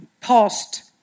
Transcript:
past